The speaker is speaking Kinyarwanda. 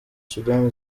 sudan